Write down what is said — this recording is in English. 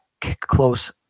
close